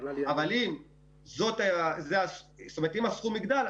אם הסכום יגדל,